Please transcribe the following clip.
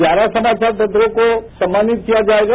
ग्यारह समाचार पत्रों को सम्मानित किया जायेगा